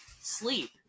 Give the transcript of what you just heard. sleep